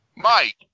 Mike